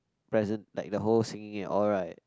present~ like the whole singing and all right